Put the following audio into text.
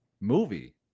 movie